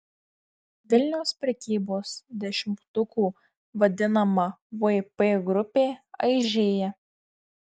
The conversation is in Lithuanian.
vilniaus prekybos dešimtuku vadinama vp grupė aižėja